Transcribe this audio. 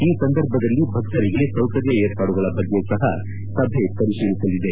ಈ ಸಂದರ್ಭದಲ್ಲಿ ಭಕ್ತರಿಗೆ ಸೌಕರ್ನ ಏರ್ಪಾಡುಗಳ ಬಗ್ಗೆ ಸಹ ಸಭೆ ಪರಿಶೀಲಿಸಲಿದೆ